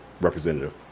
representative